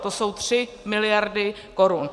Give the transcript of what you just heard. To jsou 3 mld. korun.